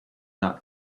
not